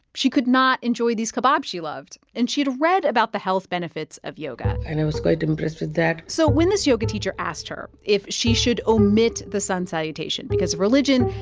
she could not enjoy these kebabs she loved. and she had read about the health benefits of yoga and i was quite impressed with that so when this yoga teacher asked her if she should omit the sun salutation because of religion,